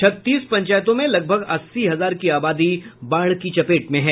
छत्तीस पंचायतों में लगभग अस्सी हजार की आबादी बाढ़ की चपेट में हैं